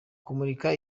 kumurika